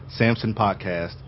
samsonpodcast